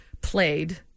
played